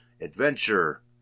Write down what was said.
adventure